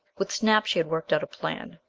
with snap she had worked out a plan.